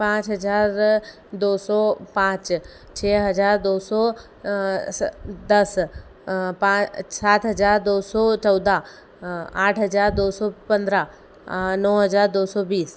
पाँच हज़ार दो सौ पाँच छः हज़ार दो सौ स दस पाँच सात हज़ार दो सौ चौदह आठ हज़ार दो सौ पंद्रह नौ हज़ार दो सौ बीस